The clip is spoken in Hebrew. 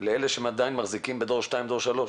לאלה שעדיין מחזיקים בדור 2 ודור 3?